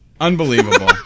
Unbelievable